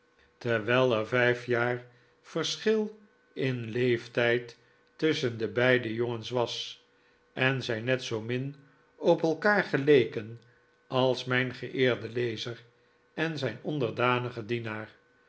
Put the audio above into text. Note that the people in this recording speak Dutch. terwijl er vijf jaar verschil in leeftijd tusschen de beide jongens was en zij net zoo min op elkaar geleken als mijn geeerde lezer en zijn onderdanige dienaar